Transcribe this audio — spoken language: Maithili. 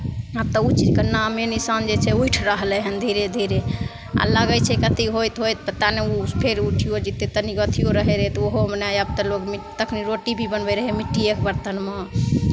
तऽ ओ चीजके नामे निशान जे छै उठि रहलै हन धीरे धीरे आ लागै छै कथी होइत होइत पता नहि ओ फेर उठिओ जेतै तनी ओहोमे नहि आब तऽ लोक तखन रोटी भी बनबैत रहै मिट्टीएके बरतनमे